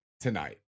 tonight